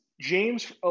James